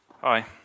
Hi